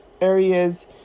areas